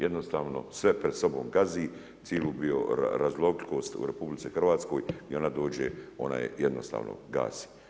Jednostavno sve pred sobom gazi, cijelu bioraznolikost u RH i gdje ona dođe, ona je jednostavno gasi.